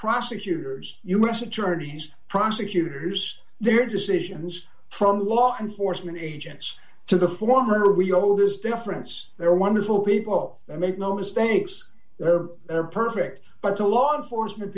prosecutors you mustn't journeys prosecutors their decisions from law enforcement agents to the former we owe this difference they're wonderful people make no mistakes there are perfect but two law enforcement